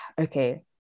okay